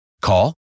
Call